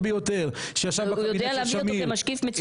ביותר שישב בממשלה של שמיר --- הוא יודע להביא אותו כמשקיף מצוין.